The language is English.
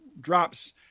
drops